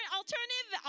alternative